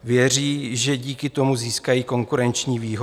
Věří, že díky tomu získají konkurenční výhodu.